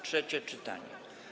Trzecie czytanie.